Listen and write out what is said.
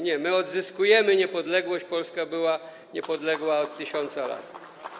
Nie, my odzyskujemy niepodległość, Polska była niepodległa od 1000 lat.